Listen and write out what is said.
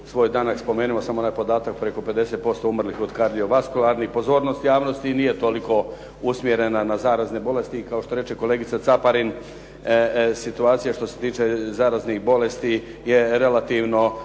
svoj danas, spomenuo sam onaj podatak preko 50% umrlih od kardiovaskularnih, pozornost javnosti i nije toliko usmjerena na zarazne bolesti i kao što reče kolegica Caparin situacija što se tiče zaraznih bolesti je relativno